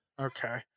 Okay